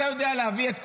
אתה יודע להביא את כולם,